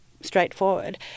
straightforward